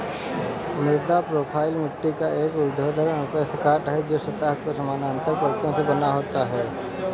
मृदा प्रोफ़ाइल मिट्टी का एक ऊर्ध्वाधर अनुप्रस्थ काट है, जो सतह के समानांतर परतों से बना होता है